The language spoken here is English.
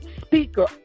speaker